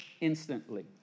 instantly